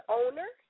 owner